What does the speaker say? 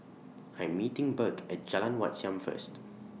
I Am meeting Burk At Jalan Wat Siam First